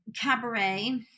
Cabaret